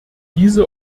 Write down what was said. diese